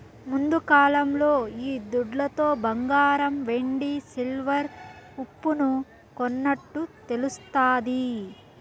ముందుకాలంలో ఈ దుడ్లతో బంగారం వెండి సిల్వర్ ఉప్పును కొన్నట్టు తెలుస్తాది